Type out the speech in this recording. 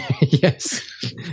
Yes